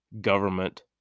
government